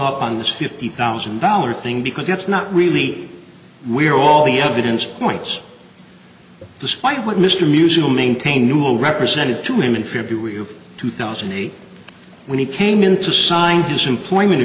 up on this fifty thousand dollar thing because that's not really where all the evidence points despite what mr musical maintain newell represented to him in february of two thousand and eight when he came into scientists employment